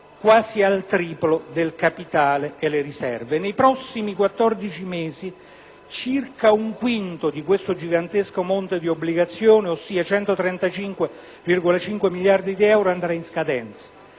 quasi al triplo del capitale e delle riserve. Nei prossimi 14 mesi circa un quinto di questo gigantesco monte di obbligazioni, ossia 135,5 miliardi di euro, andrà in scadenza: